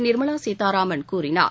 நிர்மலா சீதாராமன் கூறினார்